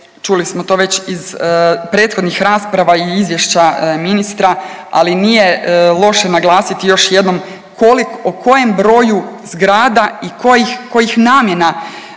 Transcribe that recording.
čuli smo to već iz prethodnih rasprava i izvješća ministra, ali nije loše naglasiti još jednom o kojem broju zgrada i kojih namjena